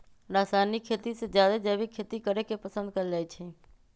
रासायनिक खेती से जादे जैविक खेती करे के पसंद कएल जाई छई